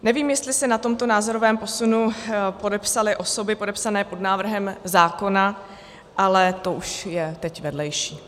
Nevím, jestli se na tomto názorovém posunu podepsaly osoby podepsané pod návrhem zákona, ale to už je teď vedlejší.